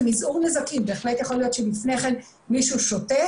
מזעור נזקים כי בהחלט יכול להיות שלפני כן מישהו שותה